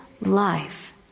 life